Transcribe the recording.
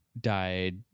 died